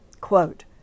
Quote